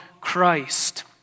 Christ